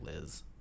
Liz